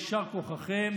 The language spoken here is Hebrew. יישר כוחכם.